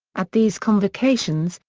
at these convocations,